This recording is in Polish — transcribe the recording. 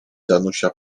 danusia